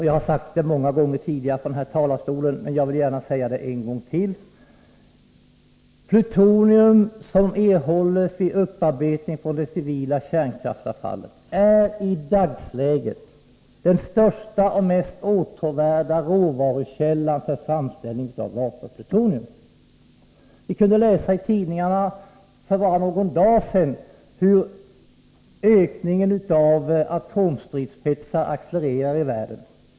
Jag har sagt många gånger tidigare från denna talarstol, men jag vill gärna säga det en gång till: Plutonium som erhålls vid upparbetning av civilt kärnkraftsavfall är i dagsläget den största och mest åtråvärda råvarukällan för framställning av vapenplutonium. Vi kunde läsa i tidningarna för bara någon dag sedan hur ökningen av atomstridsspetsar accelererar i världen.